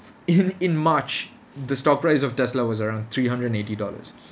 in in march the stock price of Tesla was around three hundred and eighty dollars